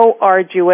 arduous